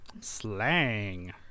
Slang